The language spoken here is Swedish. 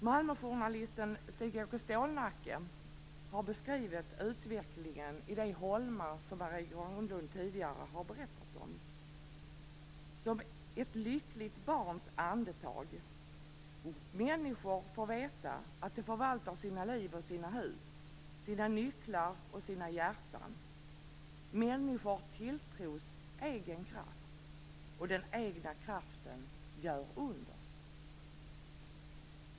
Malmöjournalisten Stig-Åke Stålnacke har beskrivit utvecklingen i det Holma som Marie Granlund tidigare har berättat om som ett lyckligt barns andetag. Människor får veta att de förvaltar sina liv och sina hus, sina nycklar och sina hjärtan. Människor tilltros egen kraft. Och den egna kraften gör under.